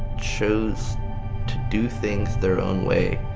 chose to do things their own way.